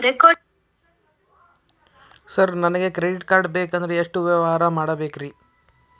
Sir ನನಗೆ credit card ಬೇಕಂದ್ರೆ ಎಷ್ಟು ವ್ಯವಹಾರ ಮಾಡಬೇಕ್ರಿ?